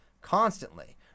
constantly